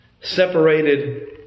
Separated